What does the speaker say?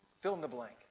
fill-in-the-blank